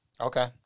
Okay